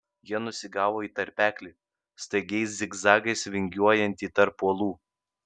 jie nusigavo į tarpeklį staigiais zigzagais vingiuojantį tarp uolų